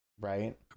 right